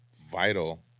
vital